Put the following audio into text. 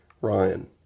Ryan